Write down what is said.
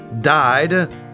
died